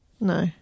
No